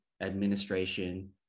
administration